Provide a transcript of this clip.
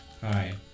Hi